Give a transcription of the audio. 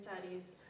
studies